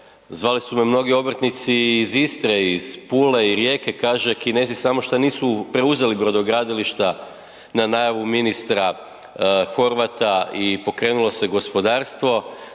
zvali su me mnogi obrtnici i iz Istre, iz Pule i Rijeke i kaže, Kinezi samo šta nisu preuzeli brodogradilišta na najavu ministra Horvata i pokrenulo se gospodarstvo,